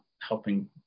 helping